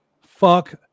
fuck